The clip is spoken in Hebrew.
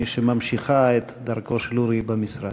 מי שממשיכה את דרכו של אורי במשרד.